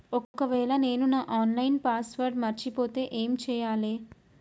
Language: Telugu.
ఒకవేళ నేను నా ఆన్ లైన్ పాస్వర్డ్ మర్చిపోతే ఏం చేయాలే?